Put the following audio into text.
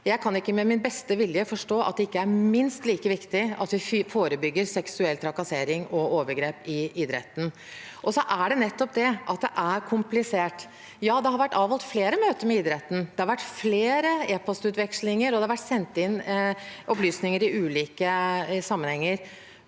Jeg kan ikke med min beste vilje forstå at det ikke er minst like viktig at vi forebygger seksuell trakassering og overgrep i idretten. Det er komplisert, og ja, det har vært avholdt flere møter med idretten, det har vært flere e-postutvekslinger, og det har vært sendt inn opplysninger i ulike sammenhenger,